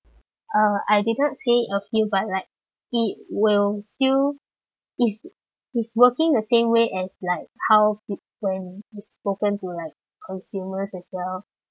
uh I did not say a few but like it will still it's it's working the same way as like how different it's spoken to like consumers as well